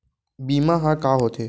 बीमा ह का होथे?